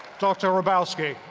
dr. hrabowski.